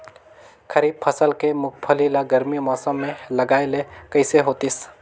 खरीफ फसल के मुंगफली ला गरमी मौसम मे लगाय ले कइसे होतिस?